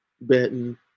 betting